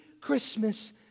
Christmas